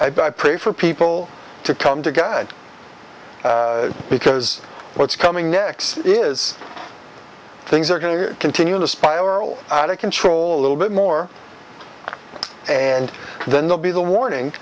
i pray for people to come to god because what's coming next is things are going to continue to spiral out of control a little bit more and then they'll be the warning